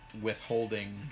withholding